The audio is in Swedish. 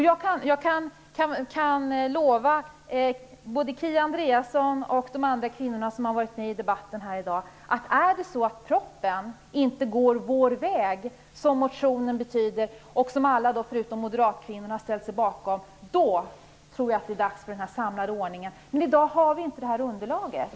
Jag kan lova både Kia Andreasson och de andra kvinnorna som varit med i debatten i dag att om propositionen inte går vår väg - enligt motionen som alla utom moderatkvinnorna har ställt sig bakom - är det dags för den samlade ordningen. Men i dag har vi inte det underlaget.